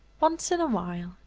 once in a while,